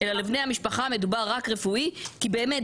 ואם זה